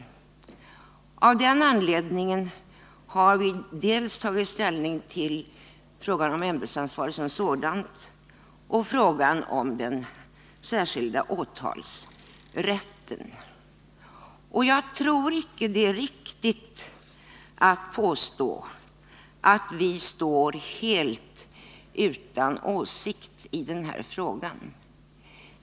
Av den anledningen har vi tagit ställning dels till frågan om ämbetsansvaret som sådant, dels till frågan om den särskilda åtalsrätten. Jag tror icke det är riktigt att påstå att vi står helt utan åsikt i den här frågan.